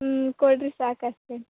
ಹ್ಞೂ ಕೊಡಿರಿ ಸಾಕು ಅಷ್ಟೇ